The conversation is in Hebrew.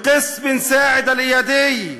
אלקס בן סאעדה אלאיאדי,